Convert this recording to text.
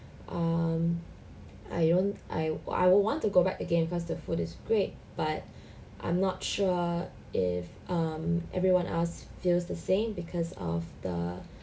um I won't I want to go back again because the food is great but I'm not sure if I'm everyone us feels the same because of the